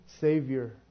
Savior